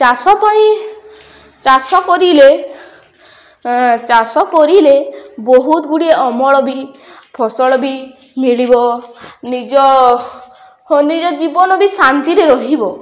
ଚାଷ ପାଇଁ ଚାଷ କରିଲେ ଚାଷ କରିଲେ ବହୁତଗୁଡ଼ିଏ ଅମଳ ବି ଫସଲ ବି ମିଳିବ ନିଜ ନିଜ ଜୀବନ ବି ଶାନ୍ତିରେ ରହିବ